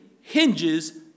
hinges